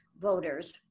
voters